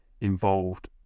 involved